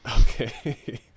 okay